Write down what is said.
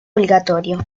obligatorio